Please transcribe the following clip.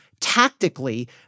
tactically